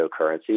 cryptocurrencies